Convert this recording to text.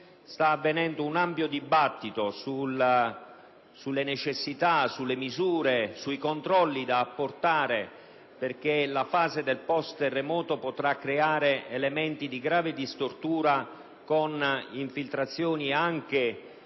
sta avvenendo un ampio dibattito sulle necessità, sulle misure e sui controlli da apportare. La fase del post-terremoto potrà determinare infatti elementi di grave stortura, con infiltrazioni anche